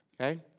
Okay